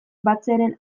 batzearen